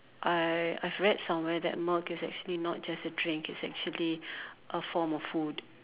I I've read somewhere that milk is actually not just a drink it's actually a form of food